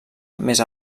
més